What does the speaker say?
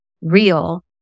real